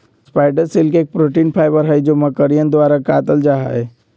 spider silk एक protein fibre हई जो मकड़ियन द्वारा कातल जाहई